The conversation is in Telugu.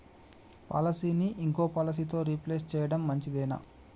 పాలసీని ఇంకో పాలసీతో రీప్లేస్ చేయడం మంచిదేనా?